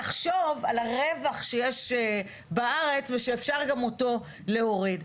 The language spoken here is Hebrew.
תחשוב על הרווח שיש בארץ ושאפשר גם אותו להוריד.